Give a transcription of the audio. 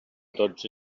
dotze